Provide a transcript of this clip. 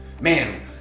Man